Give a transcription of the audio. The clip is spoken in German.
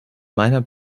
meiner